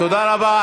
תודה רבה.